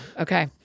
Okay